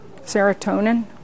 serotonin